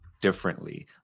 differently